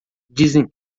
dizem